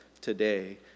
today